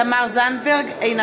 אינה